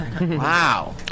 Wow